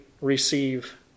receive